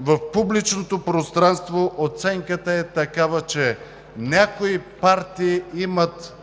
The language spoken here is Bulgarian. в публичното пространство оценката е такава, че някои партии имат